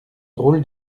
drôle